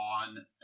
on